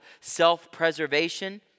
self-preservation